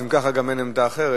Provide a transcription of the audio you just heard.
אם כך, גם אין עמדה אחרת.